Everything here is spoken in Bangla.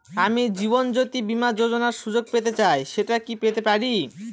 আমি জীবনয্যোতি বীমা যোযোনার সুযোগ পেতে চাই সেটা কি পেতে পারি?